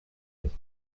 ist